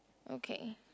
okay